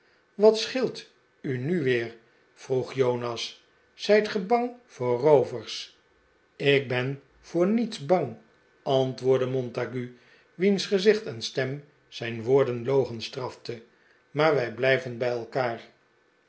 wat scheelt u nu weer vroeg jonas zijt ge bang voor rpovers ik ben voor niets bang antwoordde montague wiens gezicht en stem zijn woorden logenstraften maar wij blijven bij elkaar